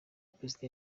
perezida